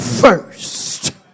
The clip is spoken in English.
first